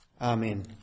Amen